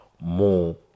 more